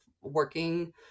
working